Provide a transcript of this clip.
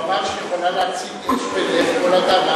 הוא אמר שאת יכולה להצית אש בלב כל אדם,